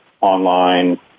online